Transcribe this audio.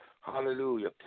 Hallelujah